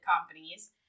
companies